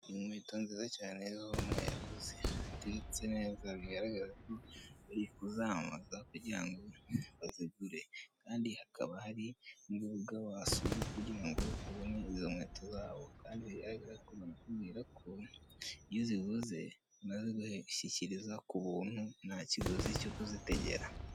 Inkweto nziza cyane z'umweru ziteretse neza, bigaragara bari kuzamamaza kugira ngo bazigure kandi hakaba hari n'urubuga wasura kugira ngo ubone izo nkweto zabo kandi bigaragara ko banakubwira ko iyo uziguze, bazigushyikiriza ku buntu, nta kiguzi cyo kuzitegera.